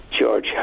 George